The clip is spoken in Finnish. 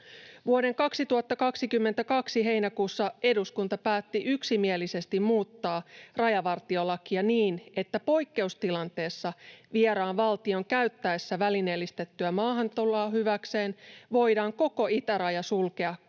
Vuoden 2022 heinäkuussa eduskunta päätti yksimielisesti muuttaa rajavartiolakia niin, että poikkeustilanteessa vieraan valtion käyttäessä välineellistettyä maahantuloa hyväkseen voidaan koko itäraja sulkea kaikelta